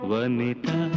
Vanita